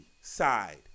side